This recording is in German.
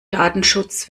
datenschutz